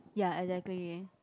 ya exactly